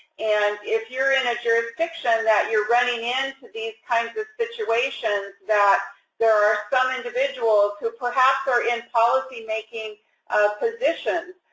and if you're in a jurisdiction that you're running into these kinds of situations that there are some individuals who perhaps are in policymaking positions.